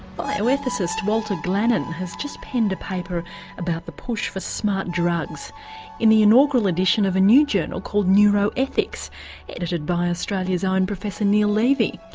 bioethicist walter glannon has just penned a paper about the push for smart drugs in the inaugural edition of a new journal called neuroethics edited by australia's own professor neil levy.